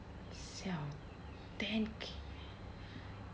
siao ten K